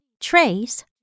trace